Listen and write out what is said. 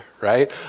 right